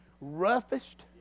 roughest